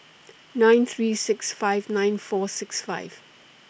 nine three six five nine four six five